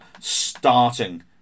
starting